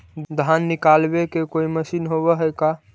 धान निकालबे के कोई मशीन होब है का?